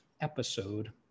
episode